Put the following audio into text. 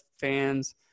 fans